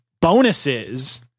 bonuses